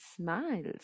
smiles